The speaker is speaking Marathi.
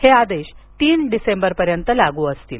हे आदेश तीन डिसेंबरपर्यंत लागू असतील